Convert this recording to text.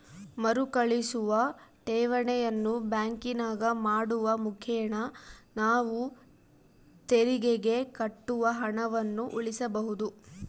ಮರುಕಳಿಸುವ ಠೇವಣಿಯನ್ನು ಬ್ಯಾಂಕಿನಾಗ ಮಾಡುವ ಮುಖೇನ ನಾವು ತೆರಿಗೆಗೆ ಕಟ್ಟುವ ಹಣವನ್ನು ಉಳಿಸಬಹುದು